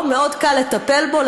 מאוד קל לטפל בו,